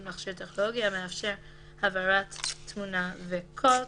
מכשיר טכנולוגי המאפשר העברת תמונה וקול,